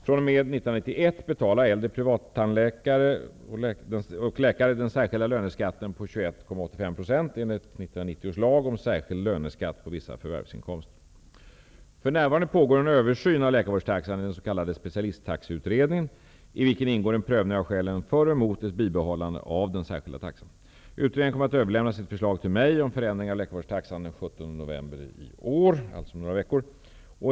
fr.o.m. För närvarande pågår en översyn av läkarvårdstaxan i den s.k. Specialisttaxeutredningen i vilken ingår en prövning av skälen för och emot ett bibehållande av den särskilda taxan. Utredningen kommer den 17 november i år, dvs. om några veckor, att överlämna sitt förslag om förändringar av läkarvårdstaxan till mig.